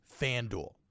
FanDuel